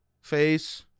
Face